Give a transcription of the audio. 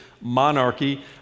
monarchy